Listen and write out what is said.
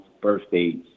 birthdays